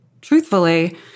Truthfully